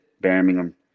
Birmingham